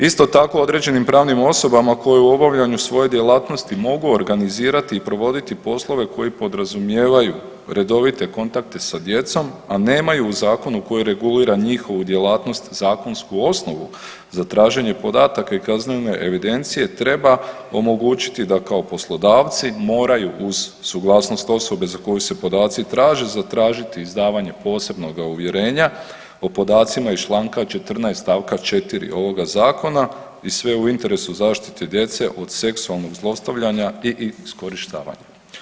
Isto tako određenim pravnim osobama koje u obavljanju svojih djelatnosti mogu organizirati i provoditi poslove koji podrazumijevaju redovite kontakte sa djecom, a nemaju u zakonu koji regulira njihovu djelatnost, zakonsku osnovu za traženje podataka i kaznene evidencije treba omogućiti da kao poslodavci moraju uz suglasnost osobe za koju se podaci traže zatražiti izdavanje posebnoga uvjerenja o podacima iz članka 14. stavka 4. ovoga zakona i sve u interesu zaštite djece od seksualnog zlostavljanja i iskorištavanja.